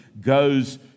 goes